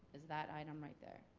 it's that item right there.